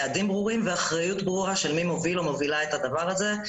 יעדים ברורים ואחריות ברורה של מי מוביל או מובילה את הדבר הזה.